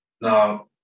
Now